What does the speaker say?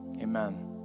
amen